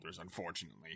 unfortunately